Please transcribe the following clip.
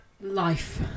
Life